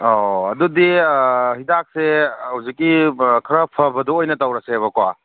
ꯑꯧ ꯑꯗꯨꯗꯤ ꯍꯤꯗꯥꯛꯁꯦ ꯍꯧꯖꯤꯛꯀꯤ ꯈꯔ ꯐꯕꯗ ꯑꯣꯏꯅ ꯇꯧꯔꯁꯦꯕꯀꯣ